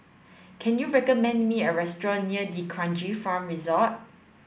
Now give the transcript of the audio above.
can you recommend me a restaurant near D'Kranji Farm Resort